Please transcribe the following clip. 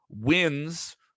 Wins